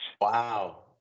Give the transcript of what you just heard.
Wow